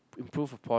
improved upon